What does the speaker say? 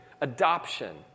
adoption